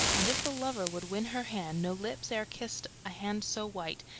and if a lover would win her hand, no lips e'er kissed a hand so white,